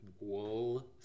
wool